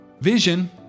Vision